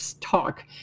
talk